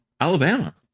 Alabama